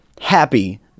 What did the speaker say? happy